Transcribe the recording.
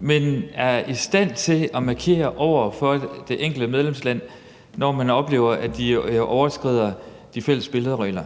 men er i stand til at markere det over for det enkelte medlemsland, når man oplever, at landet overtræder de fælles spilleregler?